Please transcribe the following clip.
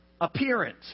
appearance